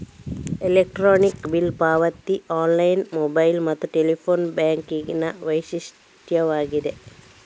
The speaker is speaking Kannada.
ಎಲೆಕ್ಟ್ರಾನಿಕ್ ಬಿಲ್ ಪಾವತಿಯು ಆನ್ಲೈನ್, ಮೊಬೈಲ್ ಮತ್ತು ಟೆಲಿಫೋನ್ ಬ್ಯಾಂಕಿಂಗಿನ ವೈಶಿಷ್ಟ್ಯವಾಗಿದೆ